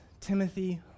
Timothy